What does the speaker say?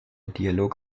dialog